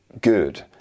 good